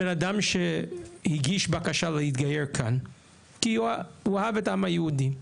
בן אדם שהגיש בקשה להתגייר כאן כי הוא אוהב את העם היהודי,